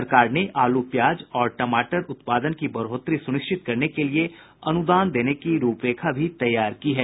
सरकार ने आलू प्याज और टमाटर उत्पादन की बढ़ोतरी सुनिश्चित करने के लिए अनुदान देने की रूपरेखा भी तैयार की है